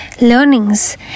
learnings